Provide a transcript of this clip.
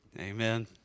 Amen